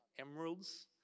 emeralds